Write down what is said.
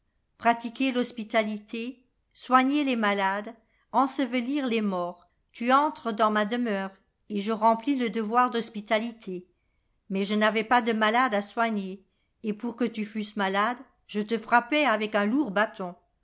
pratiquer ihospitalité soigner les malades ensevelir les morts tu entres dans ma demeure et je remplis le devoir d'hospitalité mais je n'avais pas de malade à soigner et pour que tu fusses malade je te frappai avec un lourd bâton